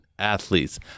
athletes